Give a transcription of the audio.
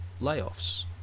layoffs